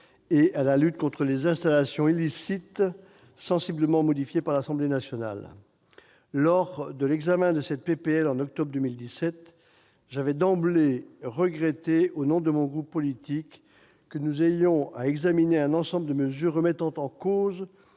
et à la lutte contre les installations illicites, sensiblement modifiée par l'Assemblée nationale. Lors de son examen en octobre 2017, j'avais d'emblée regretté, au nom de mon groupe politique, que nous ayons à examiner un ensemble de mesures remettant en cause